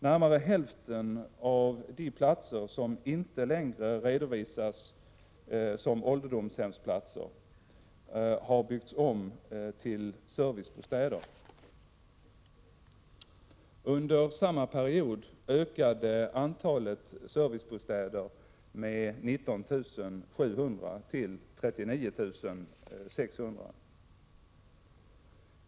Närmare hälften av de platser som inte längre redovisas som ålderdomshemsplatser har byggts om till servicebostäder. Under samma period ökade antalet servicebostäder med 19 700, till 39 600.